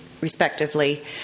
respectively